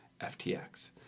FTX